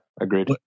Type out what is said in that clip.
agreed